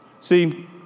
See